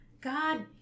God